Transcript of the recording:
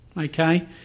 okay